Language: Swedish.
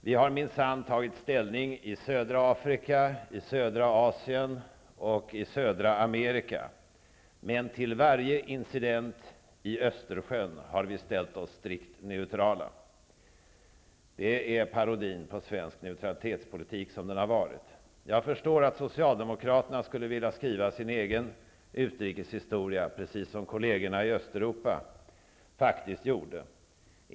Vi har minsann tagit ställning i södra Afrika, i södra Asien och i södra Amerika, men till varje incident i Östersjön har vi ställt oss strikt neutrala. Det är parodin på svensk neutralitetspolitik som den har varit. Jag förstår att socialdemokraterna skulle vilja skriva sin egen utrikeshistoria, precis som kollegerna i Östeuropa faktiskt gjorde.